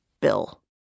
Bill